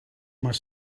más